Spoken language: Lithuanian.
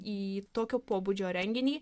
į tokio pobūdžio renginį